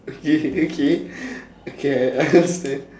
okay okay okay I understand